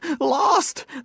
lost